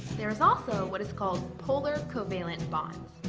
there is also what is called polar covalent bonds.